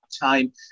time